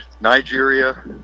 Nigeria